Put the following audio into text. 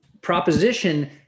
proposition